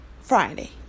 Friday